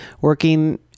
working